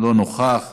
לא נוכח,